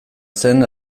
zen